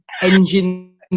engine